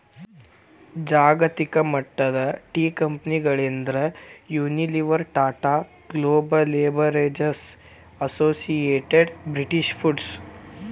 ಜಾಗತಿಕಮಟ್ಟದ ಟೇಕಂಪೆನಿಗಳಂದ್ರ Unilever, Tata Global Beverages, Associated British foods